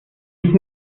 sich